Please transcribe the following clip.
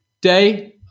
day